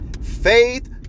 Faith